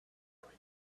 for